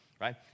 right